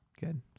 Good